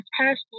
past